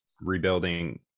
rebuilding